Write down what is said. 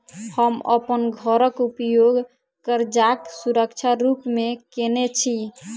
हम अप्पन घरक उपयोग करजाक सुरक्षा रूप मेँ केने छी